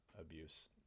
abuse